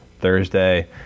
Thursday